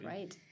Right